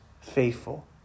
faithful